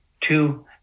two